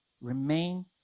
remain